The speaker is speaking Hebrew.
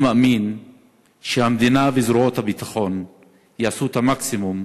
אני מאמין שהמדינה וזרועות הביטחון יעשו את המקסימום